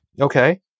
Okay